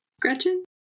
Gretchen